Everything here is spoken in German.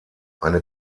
eine